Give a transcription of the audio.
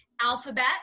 Alphabet